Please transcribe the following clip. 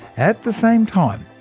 at the same time,